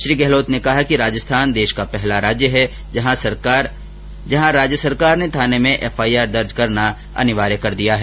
श्री गहलोत ने कहा कि राजस्थान देश का पहला राज्य है जहां राज्य सरकार ने थाने में एफआईआर दर्ज करना अनिवार्य कर दिया है